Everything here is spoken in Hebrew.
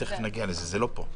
תיכף נגיע לזה, זה לא פה.